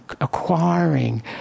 acquiring